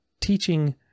teaching